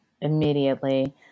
immediately